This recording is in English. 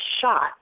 shot